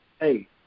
hey